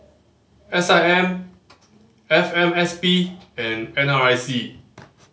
S I M F M S P and N R I C